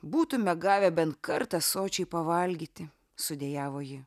būtumėme gavę bent kartą sočiai pavalgyti sudejavo ji